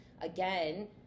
again